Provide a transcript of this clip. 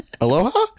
Aloha